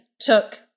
took